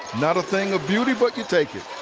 not a thing of beauty but you take it.